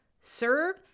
serve